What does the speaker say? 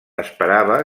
esperava